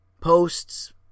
posts